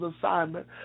assignment